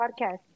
podcast